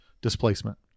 displacement